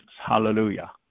Hallelujah